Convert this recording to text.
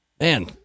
man